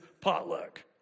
potluck